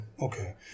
okay